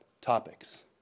topics